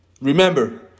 Remember